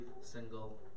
single